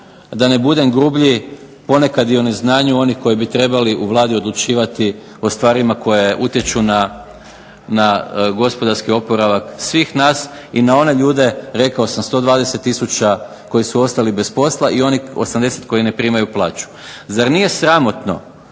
da ne budem grublji ponekad i o neznanju onih koji bi trebali u Vladi odlučivati o stvarima koje utječu na gospodarski oporavak svih nas i na one ljude, rekao sam 120 tisuća koji su ostali bez posla, i onih 80 koji ne primaju plaću. Zar nije sramotno,